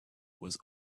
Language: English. was